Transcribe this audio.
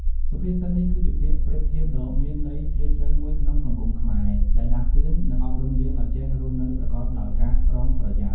សុភាសិតនេះ គឺជាពាក្យប្រៀបធៀបដ៏មានន័យជ្រាលជ្រៅមួយក្នុងសង្គមខ្មែរ ដែលដាស់តឿន និងអប់រំយើងឲ្យចេះរស់នៅប្រកបដោយការប្រុងប្រយ័ត្ន។